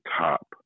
top